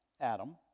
Adam